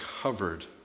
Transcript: covered